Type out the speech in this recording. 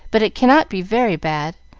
but it cannot be very bad,